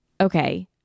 okay